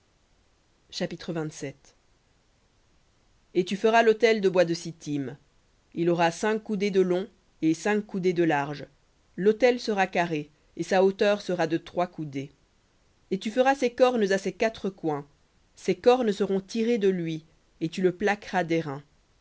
chapitre et tu feras l'autel de bois de sittim cinq coudées de long et cinq coudées de large l'autel sera carré et sa hauteur sera de trois coudées et tu feras ses cornes à ses quatre coins ses cornes seront de lui et tu le plaqueras